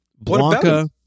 Blanca